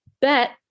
bet